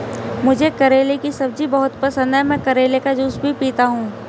मुझे करेले की सब्जी बहुत पसंद है, मैं करेले का जूस भी पीता हूं